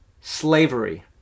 slavery